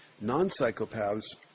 Non-psychopaths